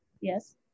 yes